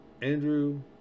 Andrew